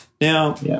now